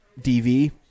dv